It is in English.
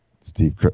Steve